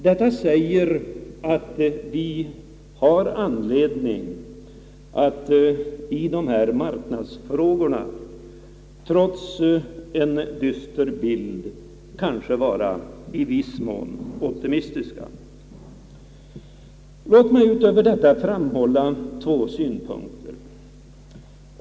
Detta gör att vi i dessa marknadsfrågor trots en dyster bild kanske har anledning att vara i viss mån optimistiska. Låt mig utöver detta framhålla två synpunkter.